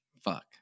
Fuck